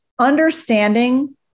Understanding